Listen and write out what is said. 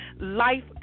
Life